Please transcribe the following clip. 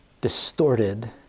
distorted